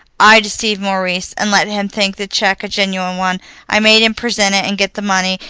i deceived maurice, and let him think the check a genuine one i made him present it and get the money,